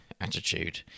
attitude